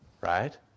right